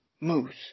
Moose